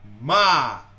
ma